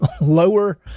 lower